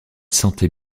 sentait